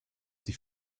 die